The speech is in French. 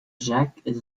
jacques